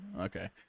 okay